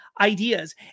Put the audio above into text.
ideas